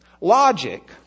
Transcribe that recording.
logic